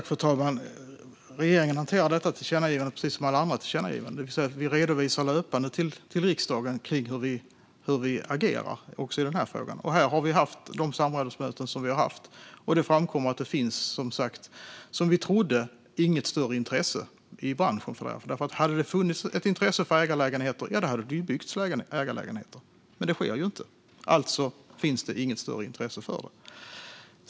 Fru talman! Regeringen hanterar detta tillkännagivande precis som alla andra tillkännagivanden, det vill säga vi redovisar löpande till riksdagen hur vi agerar. Det gör vi också i denna fråga. Här har vi haft de samrådsmöten som vi har haft. Det framkommer som sagt, som vi trodde, att det inte finns något större intresse i branschen för detta. Hade det funnits ett intresse för ägarlägenheter hade det byggts ägarlägenheter. Men det sker inte. Alltså finns det inget större intresse för det.